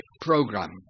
program